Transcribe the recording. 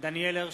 דניאל הרשקוביץ,